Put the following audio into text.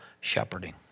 shepherding